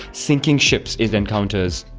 sinking ships it encounters.